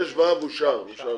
6ו אושר כבר.